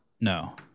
No